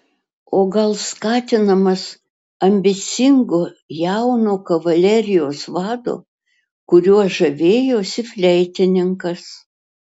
o gal skatinamas ambicingo jauno kavalerijos vado kuriuo žavėjosi fleitininkas